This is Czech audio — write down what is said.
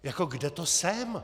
Jako kde to jsem?!